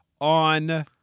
on